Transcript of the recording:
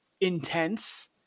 intense